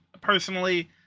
Personally